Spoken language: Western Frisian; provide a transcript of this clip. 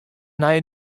nei